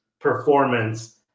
performance